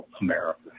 America